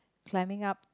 climbing up